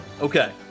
Okay